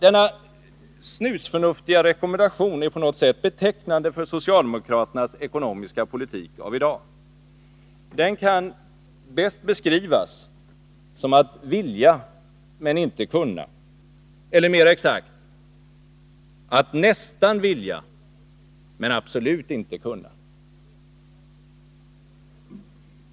Denna snusförnuftiga rekommendation är på något sätt betecknande för socialdemokraternas ekonomiska politik av i dag. Den kan bäst beskrivas som att vilja men inte kunna. Eller mera exakt: att nästan vilja men absolut inte kunna.